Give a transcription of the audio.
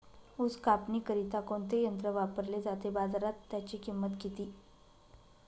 ऊस कापणीकरिता कोणते यंत्र वापरले जाते? बाजारात त्याची किंमत किती?